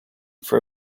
for